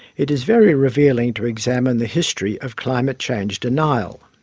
it is very revealing to examine the history of climate change denial.